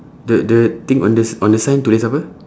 the the thing on the s~ on the sign tulis apa